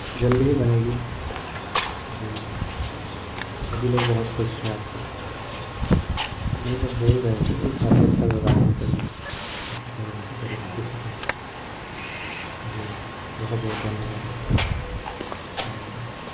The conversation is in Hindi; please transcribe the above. जल्दी ही बनेगी जी हाँ सभी लोग बहुत खुश थे आपसे नहीं सब बोल रहे थे की काफ़ी अच्छा व्यवहार है सभी ऐसा कह रहे थे परिवार के सदस्य जी बहुत बहुत धन्यवाद आपका धन्यवाद